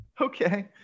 Okay